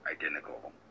identical